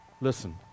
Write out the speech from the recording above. Listen